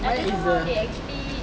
I don't know how they actually